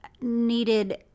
needed